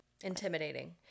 Intimidating